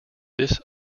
this